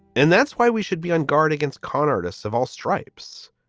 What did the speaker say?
and that's why we should be on guard against con artists of all stripes.